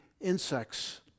insects